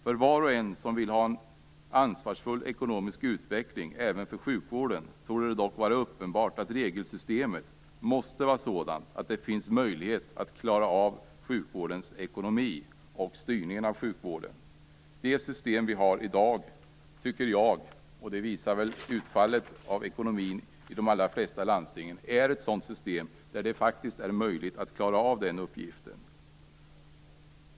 För var och en som vill ha en ansvarsfull ekonomisk utveckling även för sjukvården torde det dock vara uppenbart att regelsystemet måste vara sådant att det finns möjlighet att klara av sjukvårdens ekonomi och styrningen av sjukvården. Det system vi har i dag - och det visar väl utfallet av ekonomin i de allra flesta landstingen - är ett sådant system att det faktiskt är möjligt att klara av den uppgiften.